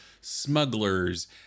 smugglers